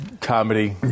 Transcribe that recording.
comedy